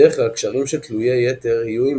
בדרך כלל קשרים של תלויי יתר יהיו עם